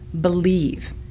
believe